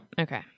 Okay